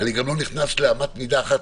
אני גם לא נכנס לאמת מידה אחת,